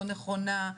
לא נכונה.